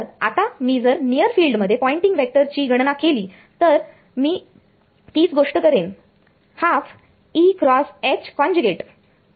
तर आता मी जर नियर फील्ड मध्ये पॉयंटिंग वेक्टर ची गणना केली मी तीच गोष्ट करेन 12